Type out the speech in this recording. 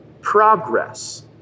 progress